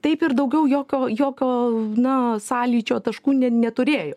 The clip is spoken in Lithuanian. taip ir daugiau jokio jokio na sąlyčio taškų ne neturėjau